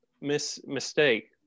mistake